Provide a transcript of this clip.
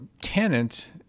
tenant